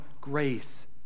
grace